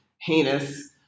heinous